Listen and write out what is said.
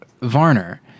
Varner